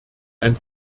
ein